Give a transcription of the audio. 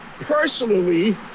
personally